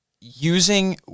using